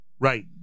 Right